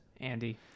Andy